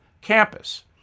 campus